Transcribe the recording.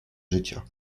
życia